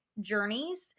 journeys